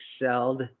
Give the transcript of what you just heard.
excelled